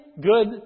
good